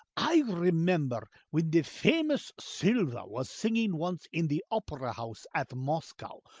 i remember when the famous silva was singing once in the opera house at moscow,